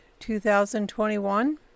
2021